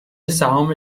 سهام